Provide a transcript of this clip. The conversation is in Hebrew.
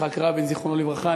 יצחק רבין, זיכרונו לברכה.